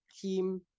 team